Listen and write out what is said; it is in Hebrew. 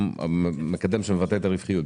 המקדם שמבטא את הרווחיות,